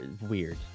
weird